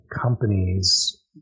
companies